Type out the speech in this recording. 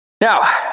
Now